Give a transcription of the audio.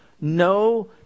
No